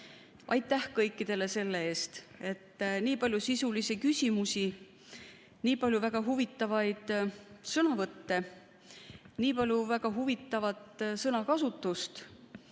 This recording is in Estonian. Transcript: Aitäh kõikidele selle eest! Nii palju sisulisi küsimusi, nii palju väga huvitavaid sõnavõtte, nii palju väga huvitavat sõnakasutust